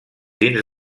dins